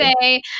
say